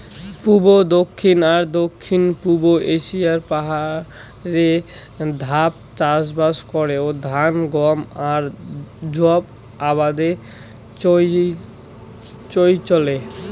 পুব, দক্ষিণ আর দক্ষিণ পুব এশিয়ার পাহাড়ে ধাপ চাষবাস করে ধান, গম আর যব আবাদে চইলচে